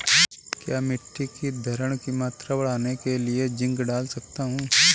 क्या मिट्टी की धरण की मात्रा बढ़ाने के लिए जिंक डाल सकता हूँ?